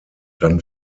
dann